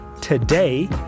today